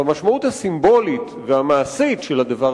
והמשמעות הסימבולית והמעשית של הדבר